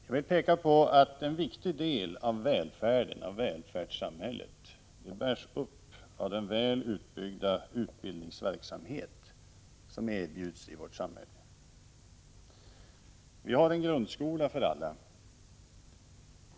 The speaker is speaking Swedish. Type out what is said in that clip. Jag vill peka på att en viktig del av välfärdssamhället bärs upp av den väl utbyggda utbildningsverksamhet som erbjuds i vårt samhälle. Vi har en grundskola för alla.